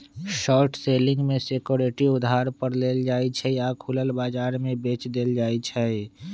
short selling में security उधार पर लेल जाइ छइ आऽ खुलल बजार में बेच देल जाइ छइ